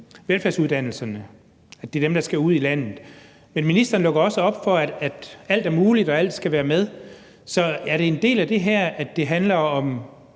velfærdsuddannelserne, at det er dem, der skal ud i landet, men ministeren lukker også op for, at alt er muligt, og at alt skal være med. Så er det en del af det her, at det handler om